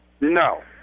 No